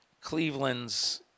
Cleveland's